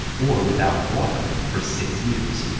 or without water, for six years,